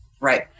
Right